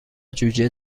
جوجه